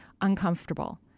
uncomfortable